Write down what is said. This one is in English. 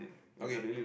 okay